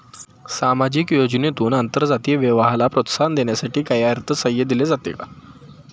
सामाजिक योजनेतून आंतरजातीय विवाहाला प्रोत्साहन देण्यासाठी काही अर्थसहाय्य दिले जाते का?